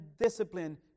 discipline